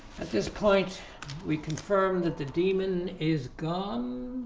at this point we confirm that the demon is gone